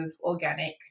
organic